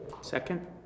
second